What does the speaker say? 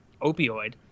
opioid